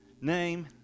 name